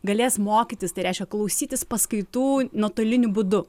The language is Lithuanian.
galės mokytis tai reiškia klausytis paskaitų nuotoliniu būdu